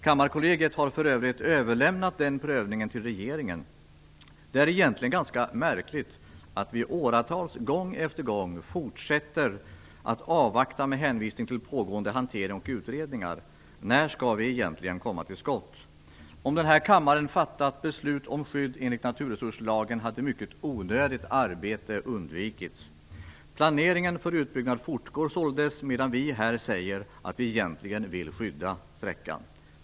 Kammarkollegiet har för övrigt överlämnat den prövningen till regeringen. Det är egentligen ganska märkligt att vi i åratal gång efter gång fortsätter att avvakta med hänvisning till pågående hantering och utredningar. När skall vi egentligen komma till skott? Om den här kammaren hade fattat beslut om skydd enligt naturresurslagen, hade mycket onödigt arbete undvikits. Planeringen för utbyggnad fortgår således, medan vi här säger att vi egentligen vill skydda sträckan.